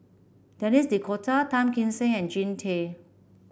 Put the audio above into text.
Denis D'Cotta Tan Kim Seng and Jean Tay